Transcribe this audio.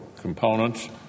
components